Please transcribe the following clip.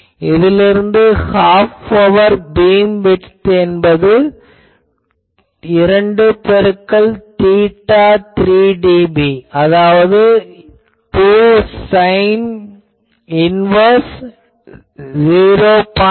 இதிலிருந்து half power beamwidth என்பது 2 பெருக்கல் தீட்டா 3 dB அதாவது 2 சைன் இன்வேர்ஸ் 0